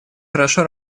хорошо